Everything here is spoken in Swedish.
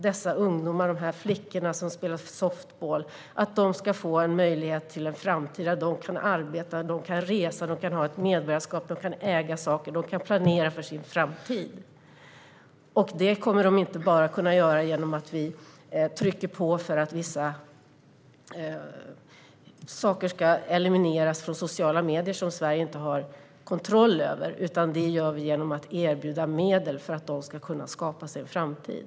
Dessa ungdomar, de här flickorna som spelar softboll, ska få en möjlighet till en framtid, så att de kan arbeta, resa, ha ett medborgarskap, äga saker och planera för sin framtid. Det kommer de inte att kunna göra genom att vi trycker på för att vissa saker ska elimineras från sociala medier som Sverige inte har kontroll över, utan det vi ska göra är att erbjuda medel för att de ska kunna skapa sig en framtid.